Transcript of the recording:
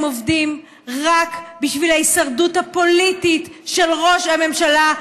עובדים רק בשביל ההישרדות הפוליטית של ראש הממשלה,